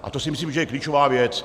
A to si myslím, že je klíčová věc.